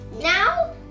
Now